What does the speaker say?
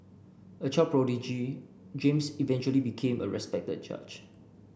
a child prodigy James eventually became a respected judge